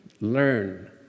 learn